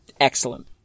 excellent